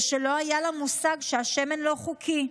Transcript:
ושלא היה לה מושג שהשמן לא חוקי.